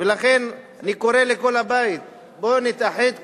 ולכן, אני קורא לכל הבית: בואו נתאחד כולם.